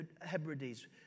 Hebrides